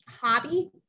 hobby